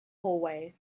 hallway